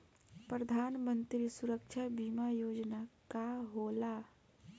प्रधानमंत्री सुरक्षा बीमा योजना का होला?